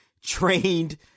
trained